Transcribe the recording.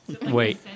Wait